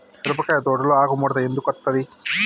మిరపకాయ తోటలో ఆకు ముడత ఎందుకు అత్తది?